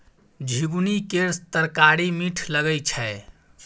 झिगुनी केर तरकारी मीठ लगई छै